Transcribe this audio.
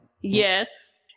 Yes